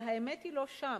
אבל האמת היא לא שם.